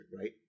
right